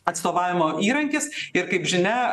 atstovavimo įrankis ir kaip žinia